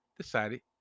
decided